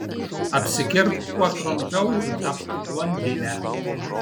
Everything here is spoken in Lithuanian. apsikirpk kuo trumpiau ir tapk blondine